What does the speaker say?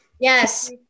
yes